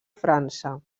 frança